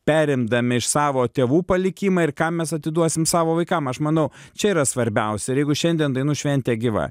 perimdami iš savo tėvų palikimą ir ką mes atiduosim savo vaikam aš manau čia yra svarbiausia ir jeigu šiandien dainų šventė gyva